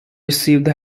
received